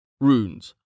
Runes